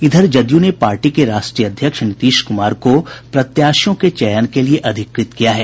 इधर जदयू ने पार्टी के राष्ट्रीय अध्यक्ष नीतीश कुमार को प्रत्याशियों के चयन के लिए अधिकृत किया है